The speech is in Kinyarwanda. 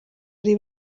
ari